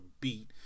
beat